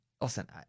Listen